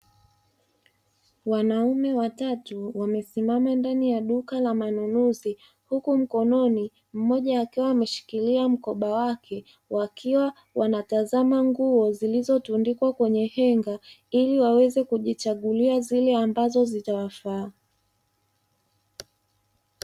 Wanaume watatu wamesimama ndani ya duka la manunuzi huku mkononi mmoja akiwa ameshikilia mkoba wake, wakiwa wanatazama nguo zilizotundikwa kwenye henga. Ili waweze kujichagulia zile ambazo zitawafaa.